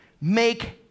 make